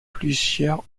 plusieurs